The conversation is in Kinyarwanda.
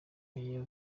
aya